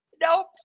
Nope